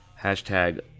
Hashtag